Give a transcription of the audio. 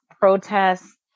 protests